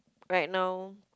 right now